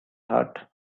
heart